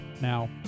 now